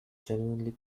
genuinely